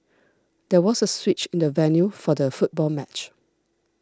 there was a switch in the venue for the football match